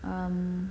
um